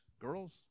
girls